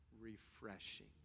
refreshing